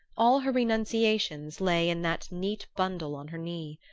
all her renunciations lay in that neat bundle on her knee.